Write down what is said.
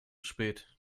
spät